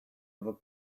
other